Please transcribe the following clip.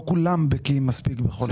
לא כולם בקיאים מספיק בנושא.